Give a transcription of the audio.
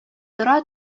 тора